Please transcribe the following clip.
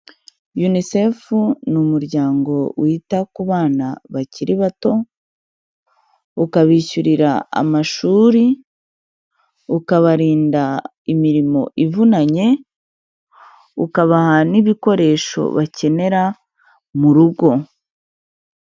Unicefu ni umuryango wita ku bana bakiri bato, ukabishyurira amashuri, ukabarinda imirimo ivunanye, ukabaha n'ibikoresho bakenera mu rugo.